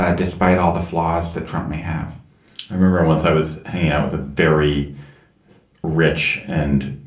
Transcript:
ah despite all the flaws that trump may have i remember once i was hanging out with a very rich and